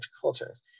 cultures